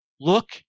look